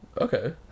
okay